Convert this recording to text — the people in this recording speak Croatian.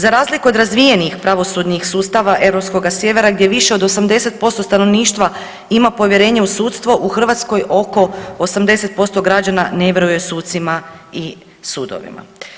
Za razliku od razvijenih pravosudnih sustava europskoga sjevera gdje više od 80% stanovništva ima povjerenje u sudstvo, u Hrvatskoj oko 80% građana ne vjeruje sucima i sudovima.